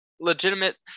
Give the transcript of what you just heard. legitimate